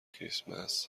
کریسمس